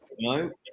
no